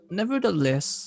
nevertheless